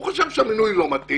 הוא חשב שהמינוי לא מתאים